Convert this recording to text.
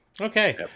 Okay